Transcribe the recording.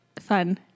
Fun